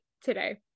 today